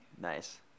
Nice